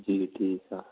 जी ठीकु आहे